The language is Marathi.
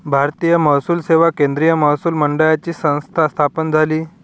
भारतीय महसूल सेवा केंद्रीय महसूल मंडळाची संस्था स्थापन झाली